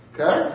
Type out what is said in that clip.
Okay